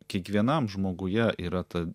kiekvienam žmoguje yra ta